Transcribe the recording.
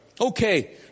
okay